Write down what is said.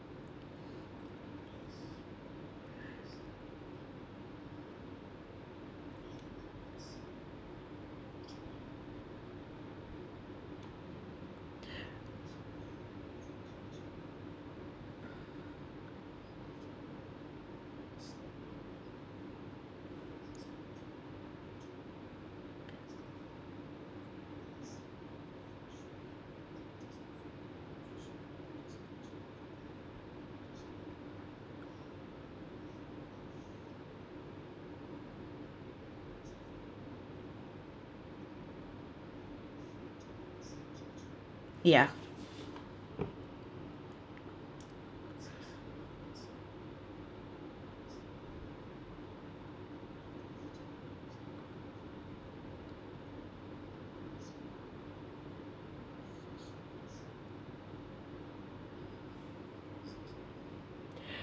ya